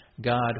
God